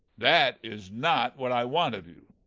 that is not what i want of you.